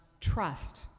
trust